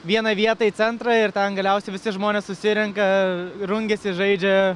vieną vietą į centrą ir ten galiausiai visi žmonės susirenka rungiasi žaidžia